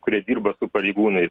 kurie dirba pareigūnais